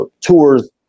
tours